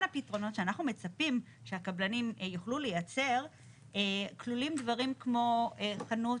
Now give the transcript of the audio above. הפתרונות שאנחנו מצפים שהקבלנים יוכלו לייצר כלולים דברים כמו חנות,